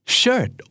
shirt